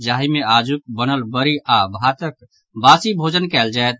जाहि मे आजुक बनल बड़ी आओर भातक बासी भोजन कयल जायत